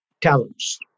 talents